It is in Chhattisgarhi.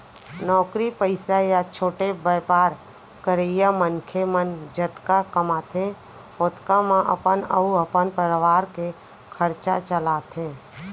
नौकरी पइसा या छोटे बयपार करइया मनखे मन जतका कमाथें ओतके म अपन अउ अपन परवार के खरचा चलाथें